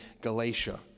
Galatia